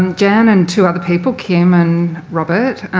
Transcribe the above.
and jan and two other people, kim and robert,